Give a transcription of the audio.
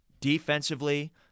Defensively